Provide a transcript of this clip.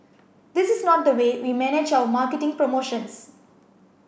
this is not the way we manage our marketing promotions